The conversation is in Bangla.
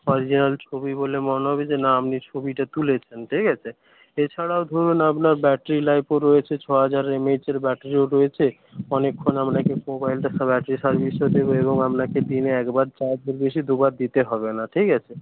অরিজিনাল ছবি বলে মনে হবে যে না আপনি ছবিটা তুলেছেন ঠিক আছে এছাড়াও ধরুন আপনার ব্যাটারি লাইফও রয়েছে ছ হাজার এমএএইচের ব্যাটারিও রয়েছে অনেকক্ষণ আপনাকে মোবাইলটা ব্যাটারি সার্ভিসও দেবে আপনাকে দিনে একবার চার্জের বেশি দুবার দিতে হবে না ঠিক আছে